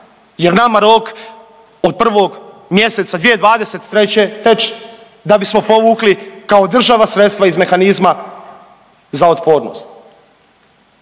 jer nama rok od prvog mjeseca 2023. teče da bismo povukli kao država sredstva iz mehanizma za otpornost.